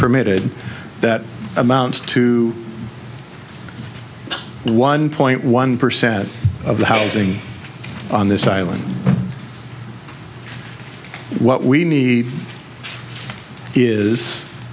permitted that amounts to one point one percent of the housing on this island what we need is